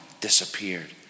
disappeared